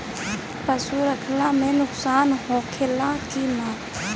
पशु रखे मे नुकसान होला कि न?